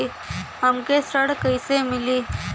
हमके ऋण कईसे मिली?